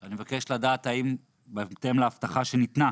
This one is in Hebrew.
אני מבקש לדעת, בהתאם להבטחה שניתנה,